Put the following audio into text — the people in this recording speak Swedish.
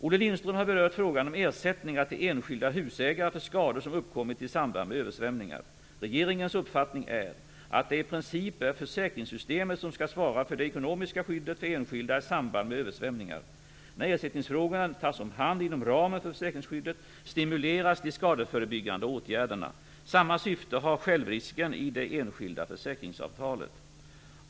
Olle Lindström har berört frågan om ersättningar till enskilda husägare för skador som uppkommit i samband med översvämningar. Regeringens uppfattning är att det i princip är försäkringssystemet som skall svara för det ekonomiska skyddet för enskilda i samband med översvämningar. När ersättningsfrågorna tas om hand inom ramen för försäkringsskyddet stimuleras de skadeförebyggande åtgärderna. Samma syfte har självrisken i det enskilda försäkringsavtalet.